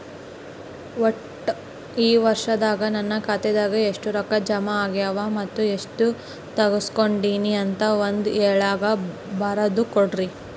ಒಟ್ಟ ಈ ವರ್ಷದಾಗ ನನ್ನ ಖಾತೆದಾಗ ಎಷ್ಟ ರೊಕ್ಕ ಜಮಾ ಆಗ್ಯಾವ ಮತ್ತ ಎಷ್ಟ ತಗಸ್ಕೊಂಡೇನಿ ಅಂತ ಒಂದ್ ಹಾಳ್ಯಾಗ ಬರದ ಕೊಡ್ರಿ